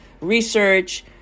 research